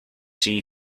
see